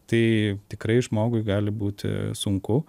tai tikrai žmogui gali būti sunku